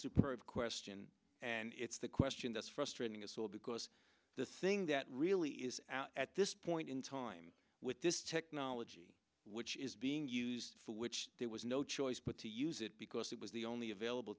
super of question and it's the question that's frustrating as well because the thing that really is out at this point in time with this technology which is being used for which there was no choice but to use it because that was the only available